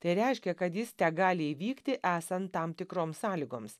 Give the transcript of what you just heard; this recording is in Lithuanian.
tai reiškia kad jis tegali įvykti esant tam tikroms sąlygoms